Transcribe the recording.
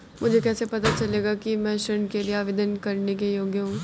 मुझे कैसे पता चलेगा कि मैं ऋण के लिए आवेदन करने के योग्य हूँ?